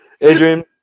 Adrian